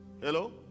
Hello